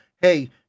hey